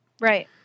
Right